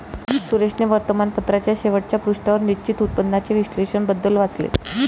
सुरेशने वर्तमानपत्राच्या शेवटच्या पृष्ठावर निश्चित उत्पन्नाचे विश्लेषण बद्दल वाचले